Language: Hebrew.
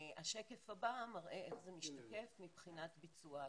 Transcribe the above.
השקף הבא מראה איך זה משתקף מבחינת ביצוע התקציב.